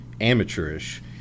amateurish